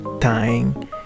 time